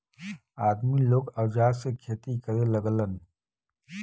आदमी लोग औजार से खेती करे लगलन